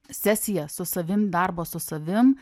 sesija su savim darbo su savim